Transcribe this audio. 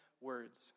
words